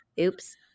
Oops